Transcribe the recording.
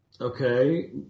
Okay